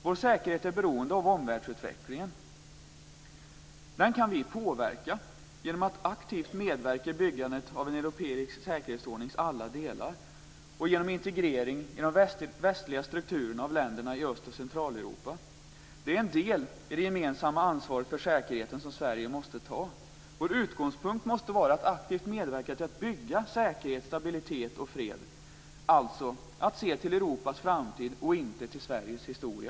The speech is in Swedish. Vår säkerhet är beroende av omvärldsutvecklingen. Den kan vi påverka genom att aktivt medverka i byggandet av en europeisk säkerhetsordnings alla delar och genom integrering i de västliga strukturerna av länderna i Öst och Centraleuropa. Det är en del av det gemensamma ansvar för säkerheten som Sverige måste ta. Vår utgångspunkt måste vara att aktivt medverka till att bygga säkerhet, stabilitet och fred, alltså att se till Europas framtid och inte till Sveriges historia.